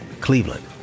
Cleveland